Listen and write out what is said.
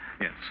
Yes